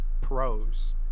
pros